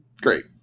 great